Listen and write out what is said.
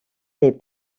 les